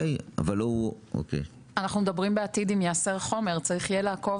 אנחנו מדברים על זה שאם בעתיד ייאסר חומר אנחנו נצטרך לעקוב.